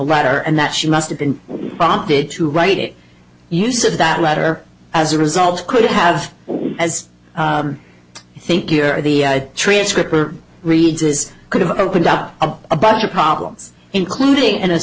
letter and that she must have been prompted to write it use of that letter as a result could have as i think you're the transcript or read this could have opened up about your problems including an